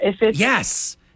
Yes